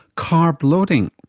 carb loading.